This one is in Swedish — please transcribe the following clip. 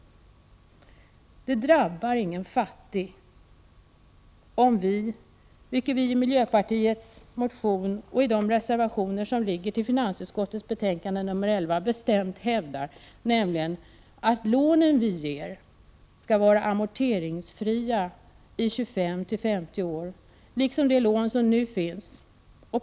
Det drabbar verkligen ingen fattig — vilket vi i vår motion och i de reservationer som är fogade till finansutskottets betänkande 11 bestämt hävdar — om vi låter de lån som vi ger vara amorteringsfria i 25-50 år på samma sätt som de lån som nu finns.